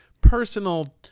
personal